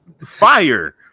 fire